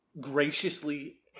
graciously